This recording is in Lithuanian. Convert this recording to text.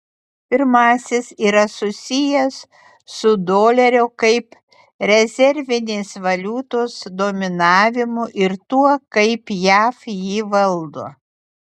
pirmasis yra susijęs su dolerio kaip rezervinės valiutos dominavimu ir tuo kaip jav jį valdo